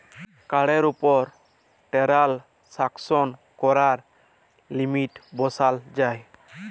কাড়ের উপর টেরাল্সাকশন ক্যরার লিমিট বসাল যায়